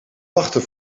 wachten